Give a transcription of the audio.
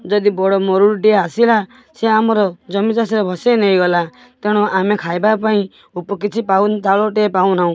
ଯଦି ବଡ଼ ମରୁଡ଼ି ଟିଏ ଆସିଲା ସେ ଆମର ଜମି ଚାଷରେ ଭସାଇ ନେଇଗଲା ତେଣୁ ଆମେ ଖାଇବା ପାଇଁ କିଛି ଚାଉଳ ଟିଏ ପାଉ ନାହୁଁ